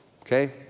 Okay